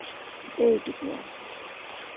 ᱮᱭ ᱴᱩᱠᱩ ᱟᱨᱠᱤ